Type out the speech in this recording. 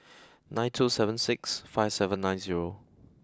nine two seven six five seven nine zero